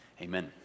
Amen